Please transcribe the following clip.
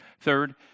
Third